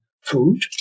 food